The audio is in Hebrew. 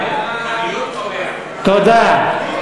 תודה.